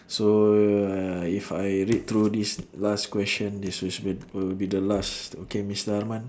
so uh if I read through this last question this is will will be the last okay mister arman